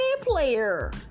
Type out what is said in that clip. player